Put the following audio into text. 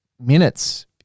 minutes